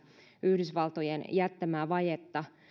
yhdysvaltojen jättämää vajetta